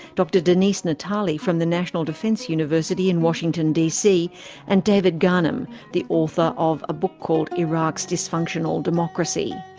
dr denise natali from the national defense university in washington dc and david ghanim, the author of a book called iraq's dysfunctional democracy.